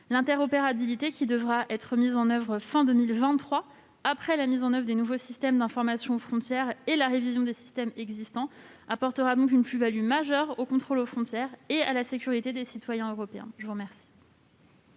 L'interopérabilité, qui devra être mise en oeuvre à la fin de l'année 2023, après la mise en oeuvre des nouveaux systèmes d'information aux frontières et la révision des systèmes existants, apportera donc une plus-value majeure aux contrôles aux frontières et à la sécurité des citoyens européens. La parole